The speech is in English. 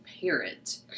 parent